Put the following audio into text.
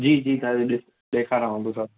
जी जी तव्हांखे ॾिसु ॾेखारांव थो सभु